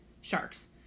sharks